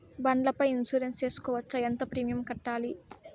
బండ్ల పై ఇన్సూరెన్సు సేసుకోవచ్చా? ఎంత ప్రీమియం కట్టాలి?